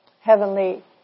heavenly